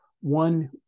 One